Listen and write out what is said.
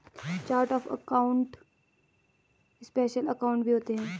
chart of account में special account भी होते हैं